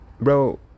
Bro